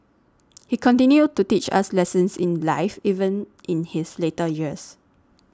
he continued to teach us lessons in life even in his later years